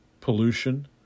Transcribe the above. pollution